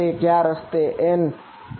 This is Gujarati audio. તેથી ક્યાં રસ્તે મારો n હેટ હશે